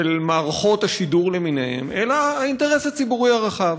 מערכות השידור למיניהן אלא האינטרס הציבורי הרחב.